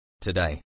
Today